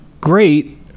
great